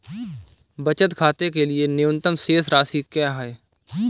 बचत खाते के लिए न्यूनतम शेष राशि क्या है?